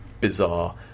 bizarre